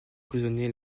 emprisonner